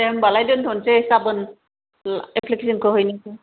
दे होनबालाय दोनथ'नोसै गाबोन एप्लिकेसनखौ हैनोसै